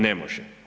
Ne može.